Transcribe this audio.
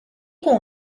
com